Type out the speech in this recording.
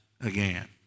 again